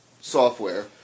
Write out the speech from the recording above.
software